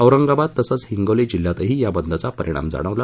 औरंगाबाद तसंच हिंगोली जिल्ह्यातही या बंदचा परिणाम जाणवला